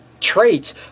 traits